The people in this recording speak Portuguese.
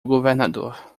governador